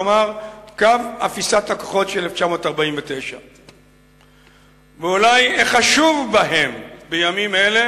כלומר קו אפיסת הכוחות של 1949. אולי החשוב בהם בימים אלה